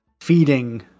feeding